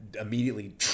immediately